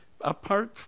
apart